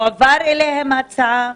האם הועברה הצעה להר"י?